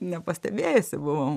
nepastebėjusi buvau